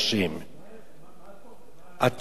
התוכן,